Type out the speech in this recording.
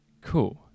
Cool